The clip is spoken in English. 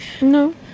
no